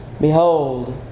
Behold